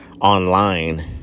online